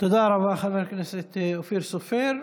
תודה רבה, חבר הכנסת אופיר סופר.